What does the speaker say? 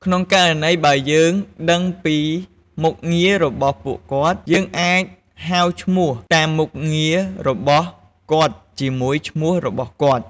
ក្នុងករណីបើយើងដឹងពីមុខងាររបស់ពួកគាត់ យើងអាចហៅឈ្មោះតាមមុខងាររបស់គាត់ជាមួយឈ្មោះរបស់គាត់។